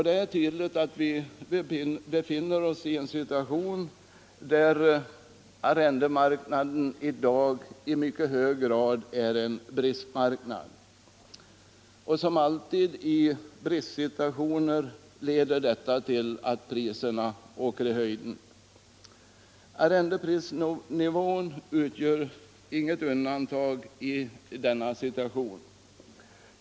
Det är tydligt att vi i dag befinner oss i en situation, där arrendemarknaden i mycket hög grad är en bristmarknad, och som alltid leder detta till att priserna åker i höjden. Arrendeprisnivån utgör inget undantag.